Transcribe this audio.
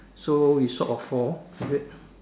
so we short of four is it